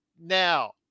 now